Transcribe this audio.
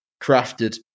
crafted